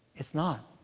it's not.